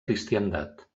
cristiandat